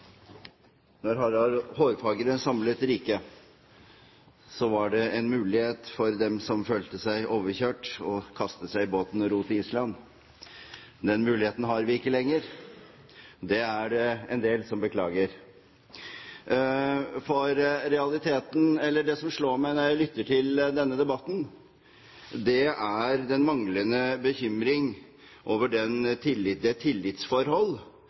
samlet riket, var det en mulighet for dem som følte seg overkjørt, å kaste seg i båten og ro til Island. Den muligheten har vi ikke lenger. Det er det en del som beklager. Det som slår meg når jeg lytter til denne debatten, er den manglende bekymring over det tillitsforhold